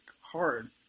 hard